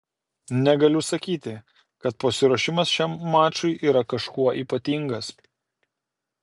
negaliu sakyti kad pasiruošimas šiam mačui yra kažkuo ypatingas